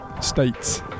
states